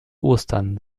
ostern